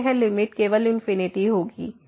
तब यह लिमिट केवल इनफिनिटी होगी